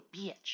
bitch